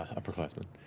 upperclassman?